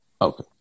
Okay